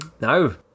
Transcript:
No